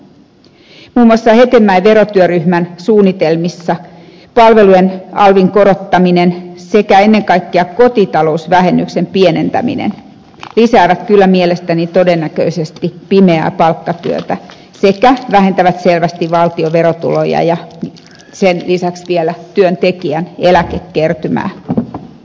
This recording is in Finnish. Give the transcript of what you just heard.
muun muassa hetemäen verotyöryhmän suunnitelmissa palvelujen alvin korottaminen sekä ennen kaikkea kotitalousvähennyksen pienentäminen lisäävät kyllä mielestäni todennäköisesti pimeää palkkatyötä sekä vähentävät selvästi valtion verotuloja ja sen lisäksi vielä työntekijän eläkekertymää